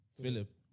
Philip